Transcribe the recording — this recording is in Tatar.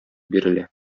бирелә